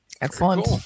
Excellent